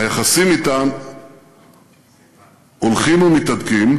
היחסים אתן הולכים ומתהדקים,